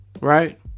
right